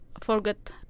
forget